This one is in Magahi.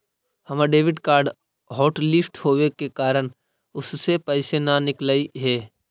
हमर डेबिट कार्ड हॉटलिस्ट होवे के कारण उससे पैसे न निकलई हे